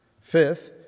Fifth